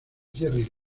jerry